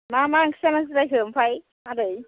मा मा ओंख्रि जानानै जिरायखो ओमफ्राय आदै